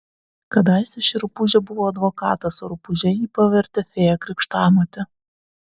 kadaise ši rupūžė buvo advokatas o rupūže jį pavertė fėja krikštamotė